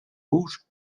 rouge